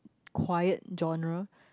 quiet genre